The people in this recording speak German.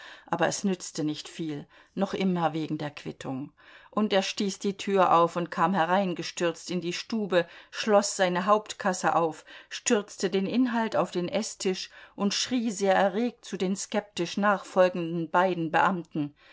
aber es nützte nicht viel noch immer wegen der quittung und er stieß die tür auf und kam hereingestürzt in die stube schloß seine hauptkasse auf stürzte den inhalt auf den eßtisch und schrie sehr erregt zu den skeptisch nachfolgenden beiden beamten